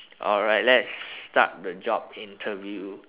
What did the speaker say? alright let's start the job interview